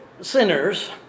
Sinners